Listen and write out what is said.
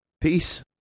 peace